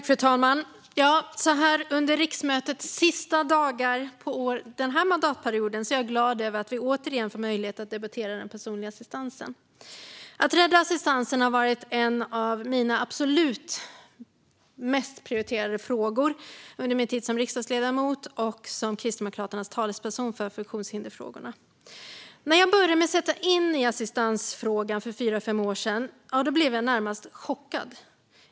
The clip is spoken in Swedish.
Fru talman! Så här under riksmötets sista dagar för den här mandatperioden är jag glad över att vi återigen får möjlighet att debattera den personliga assistansen. Att rädda assistansen har varit en av mina absolut mest prioriterade frågor under min tid som riksdagsledamot och som Kristdemokraternas talesperson för funktionshindersfrågorna. När jag började sätta mig in i assistansfrågan för fyra fem år sedan blev jag närmast chockad.